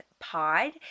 Pod